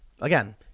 Again